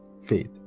faith